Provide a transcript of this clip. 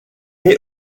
est